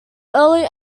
early